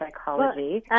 psychology